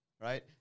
Right